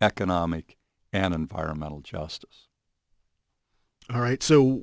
economic and environmental justice all right so